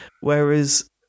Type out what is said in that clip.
whereas